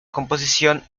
composición